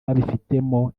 babifitemo